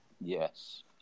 Yes